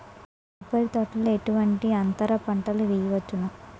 కొబ్బరి తోటలో ఎటువంటి అంతర పంటలు వేయవచ్చును?